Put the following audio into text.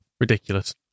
Ridiculous